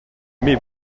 mes